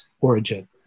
origin